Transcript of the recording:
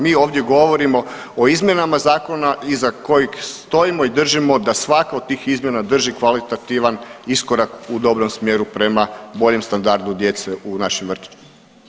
Mi ovdje govorimo o izmjenama zakona iza kojeg stojimo i držimo da svaka od tih izmjena drži kvalitativan iskorak u dobrom smjeru prema boljem standardu djece u našim vrtićima.